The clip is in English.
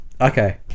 Okay